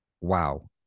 Wow